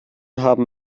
haben